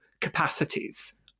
capacities